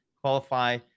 Qualify